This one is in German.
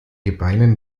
gebeinen